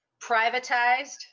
privatized